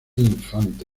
infanta